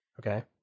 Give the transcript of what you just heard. Okay